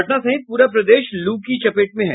पटना सहित पूरा प्रदेश लू की चपेट में है